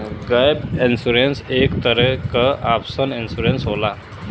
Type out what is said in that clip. gap insurance एक तरे क ऑप्शनल इंश्योरेंस होला